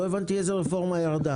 לא הבנתי איזו רפורמה ירדה.